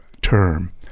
term